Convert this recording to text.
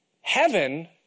heaven